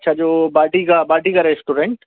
अच्छा जो वाटिका वाटिका रेस्टोरेन्ट